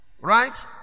right